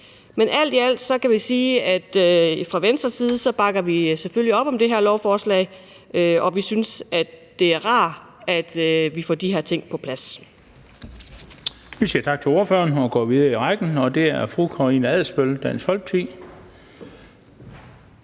på. Alt i alt kan vi fra Venstres side sige, at vi selvfølgelig bakker op om det her lovforslag, og vi synes, det er rart, at vi får de her ting på plads.